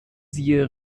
siehe